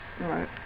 Right